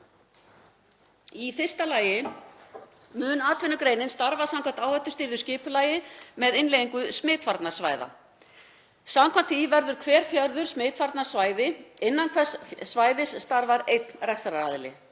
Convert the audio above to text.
Í fyrsta lagi mun atvinnugreinin starfa samkvæmt áhættustýrðu skipulagi með innleiðingu smitvarnasvæða. Samkvæmt þessu verður hver fjörður smitvarnasvæði og innan hvers svæðis starfar einn rekstraraðili.